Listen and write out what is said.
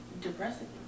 depressing